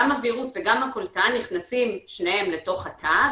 הווירוס וגם הקולטן נכנסים שניהם לתוך התא,